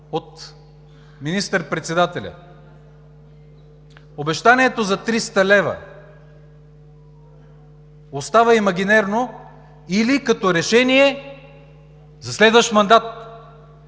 от министър председателя. Обещанието за 300 лв. остава имагинерно или като решение за следващ мандат.